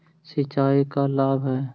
सिंचाई का लाभ है?